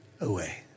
away